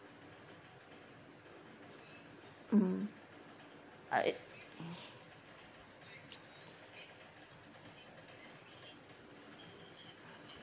mm uh